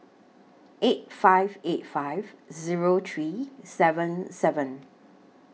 eight five eight five Zero three seven seven